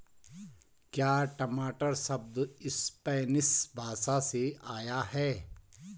क्या टमाटर शब्द स्पैनिश भाषा से आया है?